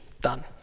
done